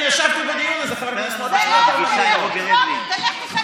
אני ישבתי בדיון הזה, חבר הכנסת